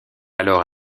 alors